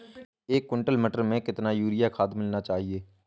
एक कुंटल मटर में कितना यूरिया खाद मिलाना चाहिए?